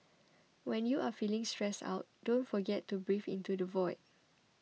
when you are feeling stressed out don't forget to breathe into the void